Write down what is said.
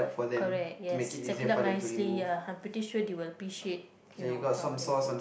correct yes stack it up nicely ya I'm pretty sure they will appreciate you know our efforts